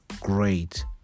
great